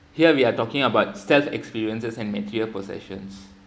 here we are talking about self experiences and material possessions